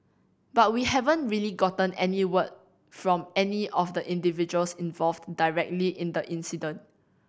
but we haven't really gotten any word from any of the individuals involved directly in the incident